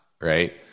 right